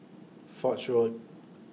Foch Road